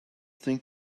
think